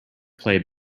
play